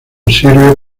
sirve